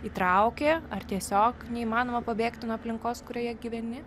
įtraukė ar tiesiog neįmanoma pabėgti nuo aplinkos kurioje gyveni